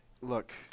Look